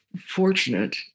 fortunate